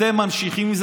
אתם ממשיכים עם זה,